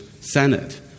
Senate